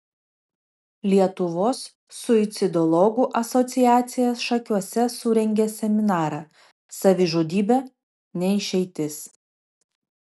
lietuvos suicidologų asociacija šakiuose surengė seminarą savižudybė ne išeitis